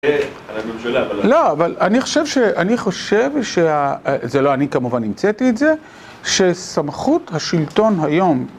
אני חושב, זה לא אני כמובן המצאתי את זה, שסמכות השלטון היום